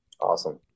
Awesome